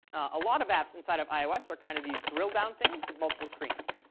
a lot of apps inside of ios are kind of these drill down things with multiple screens.